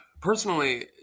personally